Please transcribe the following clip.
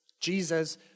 Jesus